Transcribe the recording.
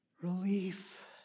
relief